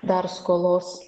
dar skolos